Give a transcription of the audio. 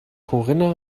corinna